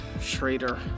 Schrader